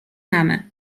mamę